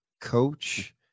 coach